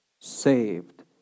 saved